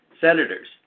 Senators